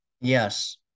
Yes